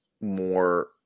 more